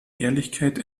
ehrlichkeit